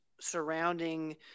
surrounding